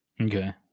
Okay